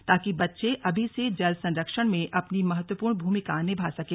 ताकि बच्चे अभी से जल संरक्षण में अपनी महत्वपूर्ण भूमिका निभा सकें